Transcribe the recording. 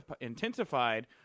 intensified